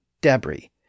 debris